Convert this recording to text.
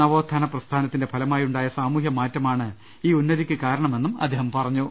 നവോത്ഥാന പ്രസ്ഥാനത്തി ന്റെ ഫലമായുണ്ടായ സാമൂഹ്യ മാറ്റമാണ് ഈ ഉന്നതിക്ക് കാരണമെന്ന് അദ്ദേ ഹം പറഞ്ഞു